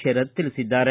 ಶರತ್ ತಿಳಿಸಿದ್ದಾರೆ